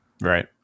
Right